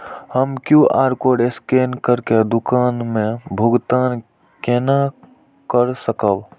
हम QR code scan करके दुकान में भुगतान केना कर सकब?